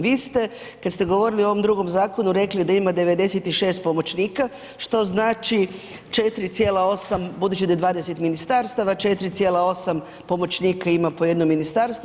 Vi ste kad ste govorili o ovom drugom zakonu rekli da ima 96 pomoćnika što znači 4,8, budući da je 20 ministarstava 4,8 pomoćnika ima po jednom ministarstvu.